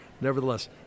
nevertheless